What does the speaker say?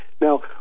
Now